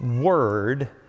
Word